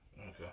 Okay